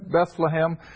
Bethlehem